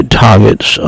targets